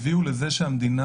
הביאו לכך שלמדינה